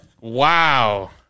Wow